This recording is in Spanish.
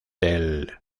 del